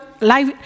life